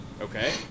Okay